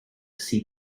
sea